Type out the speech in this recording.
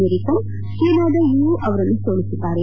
ಮೇರಿಕೋಂ ಚೀನಾದ Wu Yu ಅವರನ್ನು ಸೋಲಿಬಿದ್ದಾರೆ